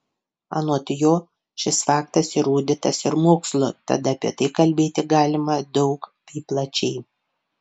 anot jo šis faktas įrodytas ir mokslo tad apie tai kalbėti galima daug bei plačiai